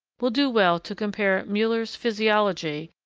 will do well to compare muller's physiology,